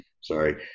Sorry